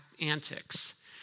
antics